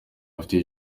bafite